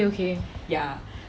okay okay